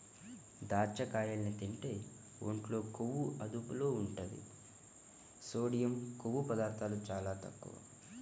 దాచ్చకాయల్ని తింటే ఒంట్లో కొవ్వు అదుపులో ఉంటది, సోడియం, కొవ్వు పదార్ధాలు చాలా తక్కువ